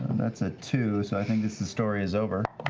that's a two, so i think this this story is over.